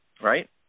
right